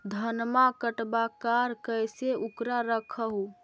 धनमा कटबाकार कैसे उकरा रख हू?